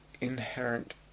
inherent